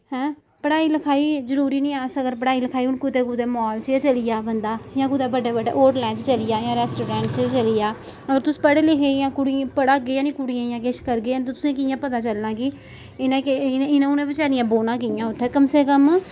हैं पढ़ाई लखाई जरूरी निं ऐ अस अगर पढ़ाई लखाई हून कुतै कुतै माल च गै चली जाऽ बंदा जां कुतै बड्डे बड्डे होटलें च चली जाए जां रैस्टोरैंटें च चली जाऽ अगर तुस पढ़े लिखे दियां कुड़ियें पढ़ागे गै नेईं कुड़ियें गी जां किश करगे गै नेईं ते तुसें गी कि'यां पता चलना कि इ'नें केह् इ'नें उ'नें बेचारियें बौह्ना कि'यां उत्थै कम से कम